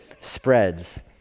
spreads